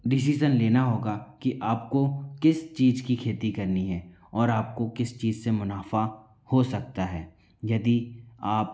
decision लेना होगा कि आपको किस चीज की खेती करनी है और आपको किस चीज से मुनाफा हो सकता है यदि आप